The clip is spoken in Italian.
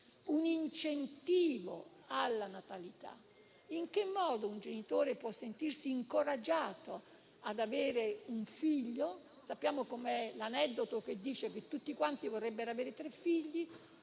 un incentivo alla natalità? In che modo un genitore può sentirsi incoraggiato ad avere un figlio? Conosciamo l'aneddoto che dice che tutti vorrebbero avere tre figli;